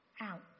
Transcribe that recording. out